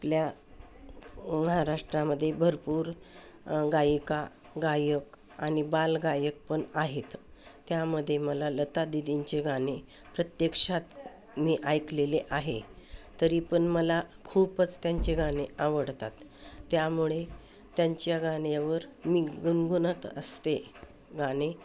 आपल्या महाराष्ट्रामध्ये भरपूर गायिका गायक आणि बालगायक पण आहेत त्यामध्ये मला लता दिदींचे गाणे प्रत्यक्षात मी ऐकलेले आहे तरीपण मला खूपच त्यांचे गाणे आवडतात त्यामुळे त्यांच्या गाण्यावर मी गुनगुणत असते गाणे